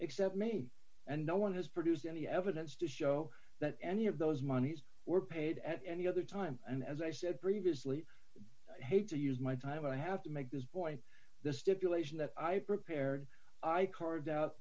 except me and no one has produced any evidence to show that any of those monies were paid at any other time and as i said previously i hate to use my time i have to make this boy the stipulation that i prepared i carved out